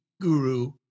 guru